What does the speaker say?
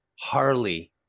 Harley